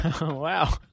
Wow